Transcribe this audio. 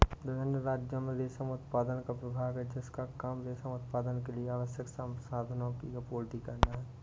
विभिन्न राज्यों में रेशम उत्पादन का विभाग है जिसका काम रेशम उत्पादन के लिए आवश्यक संसाधनों की आपूर्ति करना है